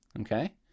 okay